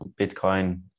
bitcoin